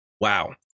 Wow